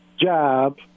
job